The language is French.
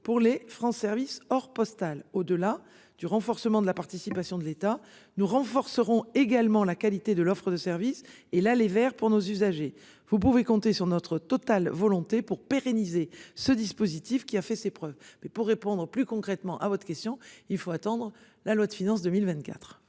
pour les France service or postal au-delà du renforcement de la participation de l'État, nous renforcerons également la qualité de l'offre de service et là les Verts pour nos usagers, vous pouvez compter sur notre totale volonté pour pérenniser ce dispositif qui a fait ses preuves. Mais pour répondre plus concrètement à votre question, il faut attendre la loi de finances 2024.